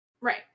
Right